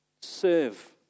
Serve